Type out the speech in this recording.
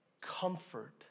comfort